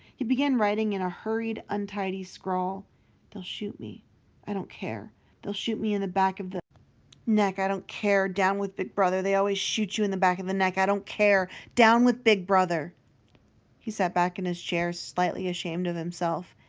he began writing in a hurried untidy scrawl theyll shoot me i don't care theyll shoot me in the back of the neck i dont care down with big brother they always shoot you in the back of the neck i dont care down with big brother he sat back in his chair, slightly ashamed of himself,